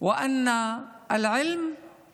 ושההשכלה היא